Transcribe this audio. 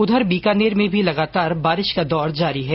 उधर बीकानेर में भी लगातार बारिश का दौर जारी है